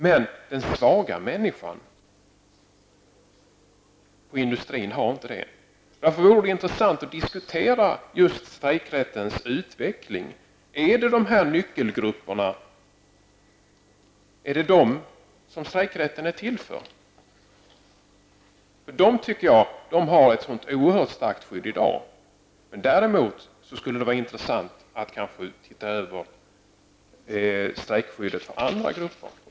Men den svaga människan inom industrin har inte någon sådan makt. Det vore därför intressant att diskutera just strejkrättens utveckling. Är strejkrätten till för dessa nyckelgrupper? De här grupperna har enligt min uppfattning i dag ett oerhört starkt skydd. Däremot skulle det vara intressant att se på frågan om strejkskyddet för andra grupper.